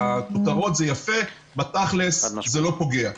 בכותרות זה יפה, בתכלס זה לא פוגע.